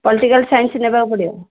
political science ନେବାକୁ ପଡ଼ିବ